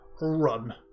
run